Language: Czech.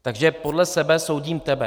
Takže podle sebe soudím tebe.